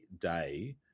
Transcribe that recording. day